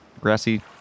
grassy